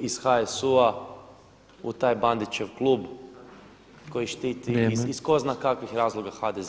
iz HSU-a u taj Bandićev klub koji štiti [[Upadica predsjednik: Vrijeme.]] iz tko zna kakvih razloga HDZ.